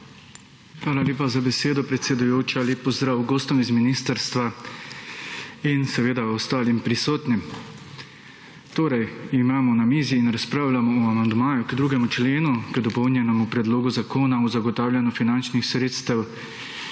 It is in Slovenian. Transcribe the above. Hvala lepa za besedo, predsedujoča. Lep pozdrav gostom iz ministrstva in seveda ostalim prisotnim. Torej imamo na mizi in razpravljamo o amandmaju k 2. členu k dopolnjenemu Predlogu zakona o zagotavljanju finančnih sredstev